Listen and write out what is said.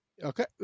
Okay